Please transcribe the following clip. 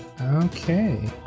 Okay